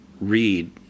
read